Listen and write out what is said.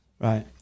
Right